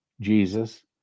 Jesus